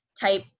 type